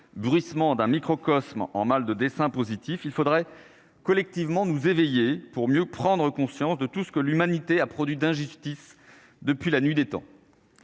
bruissement d'un microcosme en mal de dessins positif il faudrait collectivement nous éveiller pour mieux prendre conscience de tout ce que l'humanité a produit d'injustice depuis la nuit des temps.